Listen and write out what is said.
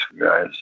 guys